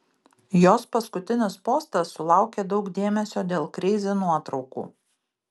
jos paskutinis postas sulaukė daug dėmesio dėl kreizi nuotraukų